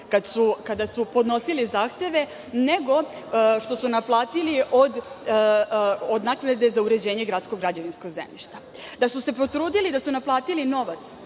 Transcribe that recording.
kada su podnosili zahteve, nego što su naplatili od naknade za uređenje gradskog građevinskog zemljišta. Da su se potrudili i naplatili novac